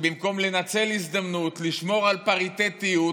שבמקום לנצל הזדמנות, לשמור על פריטטיות,